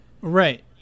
Right